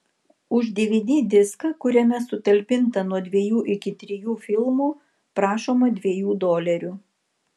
už dvd diską kuriame sutalpinta nuo dviejų iki trijų filmų prašoma dviejų dolerių